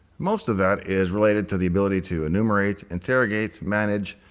most of that is related to the ability to enumerate, interrogate, manage,